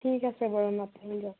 ঠিক আছে বাৰু মাতিম দিয়ক